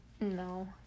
No